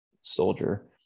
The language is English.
soldier